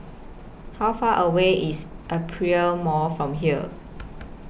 How Far away IS Aperia Mall from here